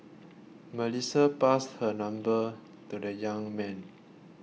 Melissa passed her number to the young man